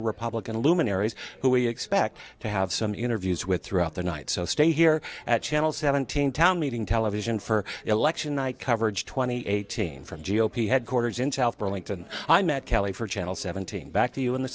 republican luminaries who we expect to have some interviews with throughout the night so stay here at channel seventeen town meeting television for election night coverage twenty eighteen from g o p headquarters in south bronx and i met kelly for channel seventeen back to you in the